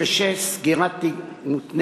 (תיקון מס' 66) (סגירת תיק מותנית),